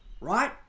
right